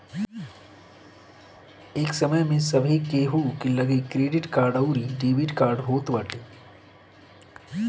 ए समय में सभे केहू के लगे क्रेडिट कार्ड अउरी डेबिट कार्ड होत बाटे